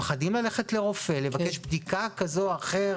מפחדים ללכת לרופא ולבקש בדיקה כזו או אחרת